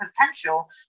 potential